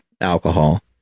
alcohol